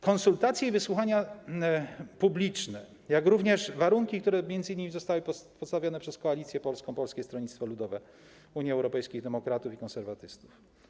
Konsultacje i wysłuchania publiczne, jak również warunki, które zostały postawione przez Koalicję Polską - Polskie Stronnictwo Ludowe, Unię Europejskich Demokratów, Konserwatystów.